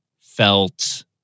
felt